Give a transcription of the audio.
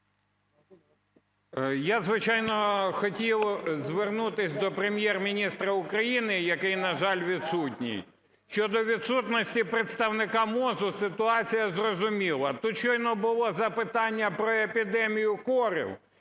Я, звичайно, хотів звернутися до Прем'єр-міністра України, який, на жаль, відсутній. Щодо відсутності представника МОЗу – ситуація зрозуміла. Тут щойно було запитання про епідемію кору,